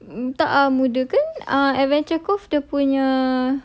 tak ah muda kan uh adventure cove dia punya